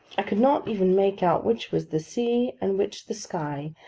i could not even make out which was the sea, and which the sky,